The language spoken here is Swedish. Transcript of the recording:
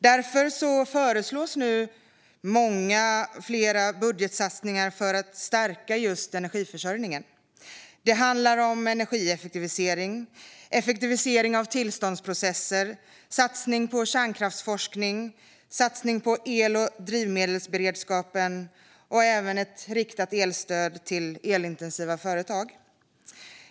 Därför föreslås nu flera budgetsatsningar för att stärka energiförsörjningen. Det handlar om energieffektivisering, effektivisering av tillståndsprocesser, en satsning på kärnkraftsforskning, en satsning på el och drivmedelsberedskapen samt ett riktat elstöd till elintensiva företag.